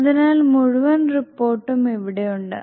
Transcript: അതിനാൽ മുഴുവൻ റിപ്പോർട്ടും ഇവിടെയുണ്ട്